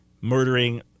murdering